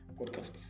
podcasts